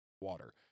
water